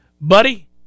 Buddy